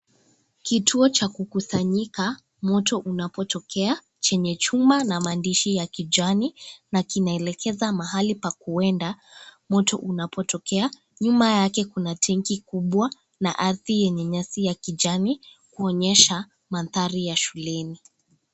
Kituo cha kukusanyika moto unapotokea chenye chuma na maandishi ya kijani na kinaelekeza mahali pa kuenda moto unapotokea nyuma yake kuna tanki kubwa na ardhi yenye nyasi ya kijani kuonyesha mandhari ya shuleni.